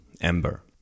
Ember